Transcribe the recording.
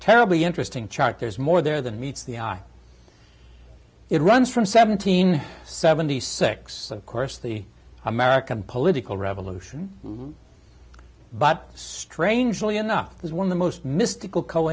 terribly interesting chart there's more there than meets the eye it runs from seventeen seventy six of course the american political revolution but strangely enough it was one of the most mystical c